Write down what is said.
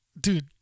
dude